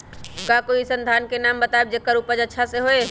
का कोई अइसन धान के नाम बताएब जेकर उपज अच्छा से होय?